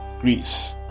Greece